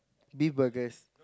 beef burgers